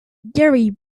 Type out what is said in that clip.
gary